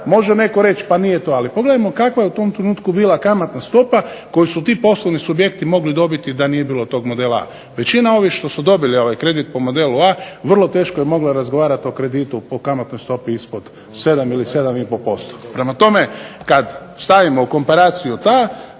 može netko reći, pa nije to, ali pogledajmo kakva je u tom trenutku bila kamatna stopa koju su ti poslovni subjekti mogli dobiti da nije bilo tog modela A. većina ovih koji su dobili kredit po modelu A vrlo teško je moglo razgovarati o kreditu o kamatnoj stop ispod 7 ili 7,5%. Prema tome, kad stavimo komparaciju ta